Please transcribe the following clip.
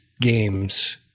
games